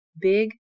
big